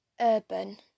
urban